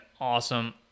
awesome